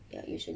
ya usually